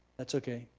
that's okay,